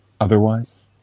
otherwise